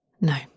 No